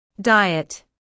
diet